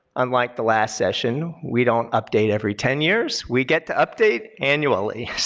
unlike the last session, we don't update every ten years, we get to update annually. so,